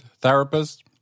therapist